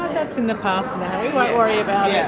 that's in the past now. we won't worry about yeah